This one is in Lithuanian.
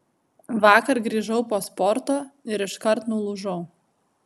vakar grįžau po sporto ir iškart nulūžau